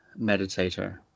meditator